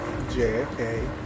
JFK